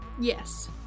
yes